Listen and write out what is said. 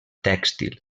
tèxtil